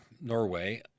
Norway